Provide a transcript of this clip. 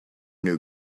knew